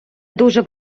дуже